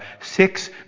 six